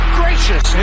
gracious